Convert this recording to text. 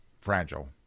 fragile